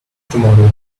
tomorrow